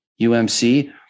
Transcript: UMC